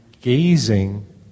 gazing